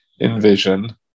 envision